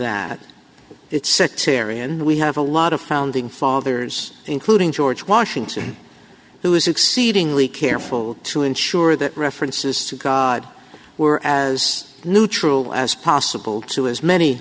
that it's sectarian we have a lot of founding fathers including george washington who was exceedingly careful to ensure that references to god were as neutral as possible to as many